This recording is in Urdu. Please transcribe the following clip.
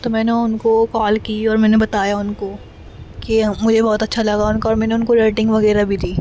تو میں نے ان کو کال کی اور میں نے بتایا ان کو کہ مجھے بہت اچھا لگا ان کا اور میں نے ان کو ریٹنگ وغیرہ بھی دی